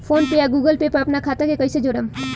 PhonePe या Google Pay पर अपना खाता के कईसे जोड़म?